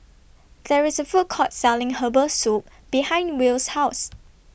There IS A Food Court Selling Herbal Soup behind Will's House